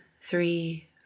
three